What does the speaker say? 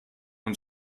und